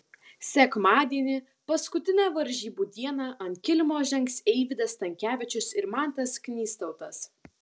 sekmadienį paskutinę varžybų dieną ant kilimo žengs eivydas stankevičius ir mantas knystautas